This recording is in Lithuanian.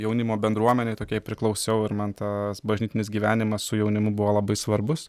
jaunimo bendruomenei tokiai priklausiau ir man tas bažnytinis gyvenimas su jaunimu buvo labai svarbus